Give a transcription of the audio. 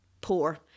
poor